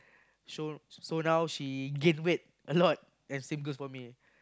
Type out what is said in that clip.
so so now she gain weight a lot and same goes for me